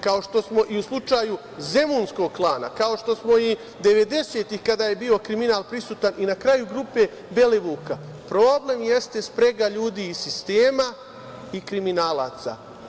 Kao i u slučaju zemunskog klana, kao što smo i devedesetih godina kada je bio kriminal prisutan i na kraju grupe Belivuka, problem jeste sprega ljudi iz sistema i kriminalaca.